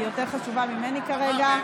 כי היא יותר חשובה ממני כרגע,